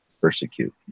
persecute